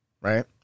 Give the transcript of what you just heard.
right